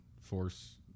force